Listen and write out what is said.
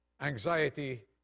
Anxiety